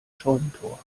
scheunentor